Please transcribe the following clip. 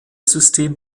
system